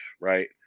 right